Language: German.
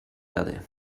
erde